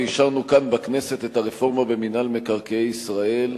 ואישרנו כאן בכנסת את הרפורמה במינהל מקרקעי ישראל.